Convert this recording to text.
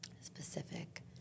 specific